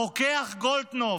הרוקח גולדקנופ,